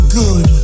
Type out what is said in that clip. good